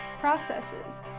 processes